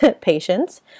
patience